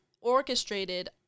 orchestrated